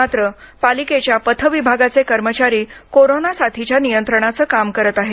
मात्र पालिकेच्या पथ विभागाचे कर्मचारी कोरोना साथीच्या नियंत्रणाचं काम करत आहेत